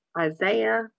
Isaiah